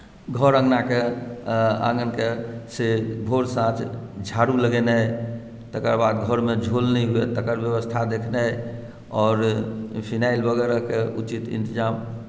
घर आङ्गनकेॅं से भोर साँझ झाड़ू लगेनाई तकर बाद घरमे झोल नहि हुए तकर व्यवस्था देखनाई आओर फेनाइल वगैरहकेँ उचित इन्तजाम